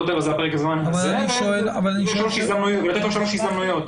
יותר פרק הזמן הזה והוא נותן כאן שלוש הזדמנויות.